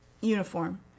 uniform